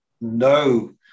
no